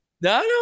No